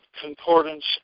concordance